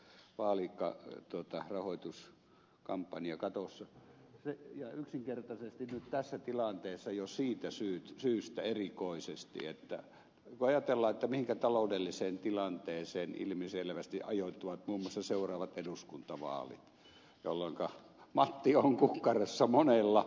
heinäluoman aloitteen suuntaan menemistä tässä vaalirahoituskampanjakatossa ja yksinkertaisesti nyt tässä tilanteessa jo siitä syystä erikoisesti kun ajatellaan mihinkä taloudelliseen tilanteeseen ilmiselvästi ajoittuvat muun muassa seuraavat eduskuntavaalit jolloinka matti on kukkarossa monella